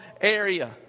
area